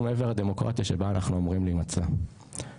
מעבר לדמוקרטיה שבה אנחנו אמורים להימצא תודה.